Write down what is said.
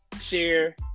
share